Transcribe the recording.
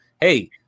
Hey